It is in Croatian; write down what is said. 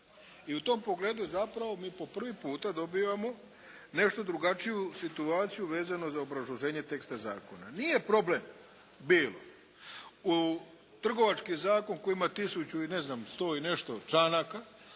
i u tom pogledu zapravo mi po prvi puta dobijamo nešto drugačiju situaciju vezano za obrazloženje teksta zakona. Nije problem bilo u trgovački zakon koji ima tisuću i ne znam 100 i nešto članaka,